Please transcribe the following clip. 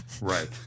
Right